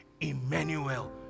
Emmanuel